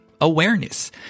awareness